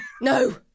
No